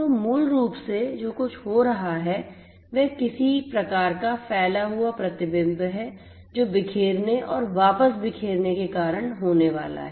तो मूल रूप से जो कुछ हो रहा है वह किसी प्रकार का फैला हुआ प्रतिबिंब है जो बिखरने और वापस बिखरने के कारण होने वाला है